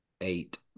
Eight